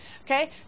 okay